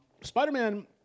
Spider-Man